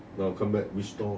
now come back which store